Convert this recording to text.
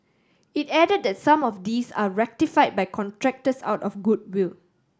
it added that some of these are rectify by contractors out of goodwill